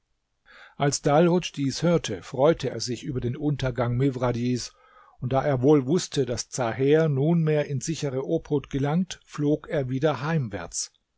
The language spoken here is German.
als dalhudsch dies hörte freute er sich über den untergang mifradjs und da er wohl wußte daß zaher nunmehr in sichere obhut gelangt flog er wieder heimwärts